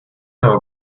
know